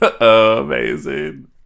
amazing